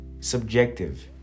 Subjective